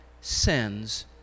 sends